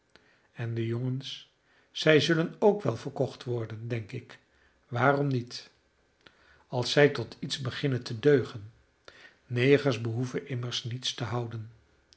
en de jongens zij zullen ook wel verkocht worden denk ik waarom niet als zij tot iets beginnen te deugen negers behoeven immers niets te houden